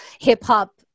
hip-hop